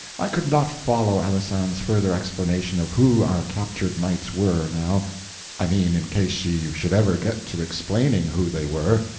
i could not follow alisande's further explanation of who our captured knights were, now i mean in case she should ever get to explaining who they were.